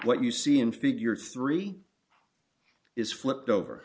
what you see in figure three is flipped over